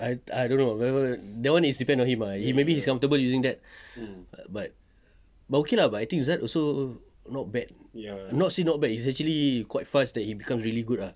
I I don't know ah but but but that depends on him maybe he's comfortable using that but but okay lah I think zad also not bad not say not bad is actually he quite fast that he becomes really good ah